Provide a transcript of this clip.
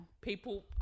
people